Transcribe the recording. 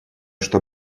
что